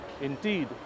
Indeed